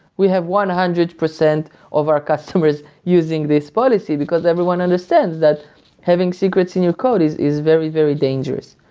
we have one hundred percent of our customers using this policy, because everyone understands that having secrets in your code is is very, very dangerous.